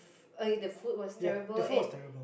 f~ okay the food was terrible and